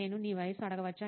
నేను మీ వయస్సును అడగవచ్చా